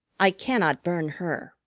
i cannot burn her,